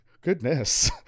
goodness